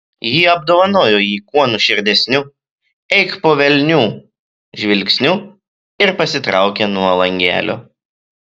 ji apdovanojo jį kuo nuoširdesniu eik po velnių žvilgsniu ir pasitraukė nuo langelio